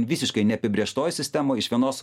visiškai neapibrėžtoj sistemoj iš vienos